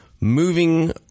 moving